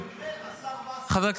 באמת, השר וסרלאוף, אנחנו אנשי